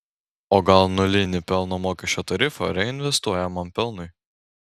o gal nulinį pelno mokesčio tarifą reinvestuojamam pelnui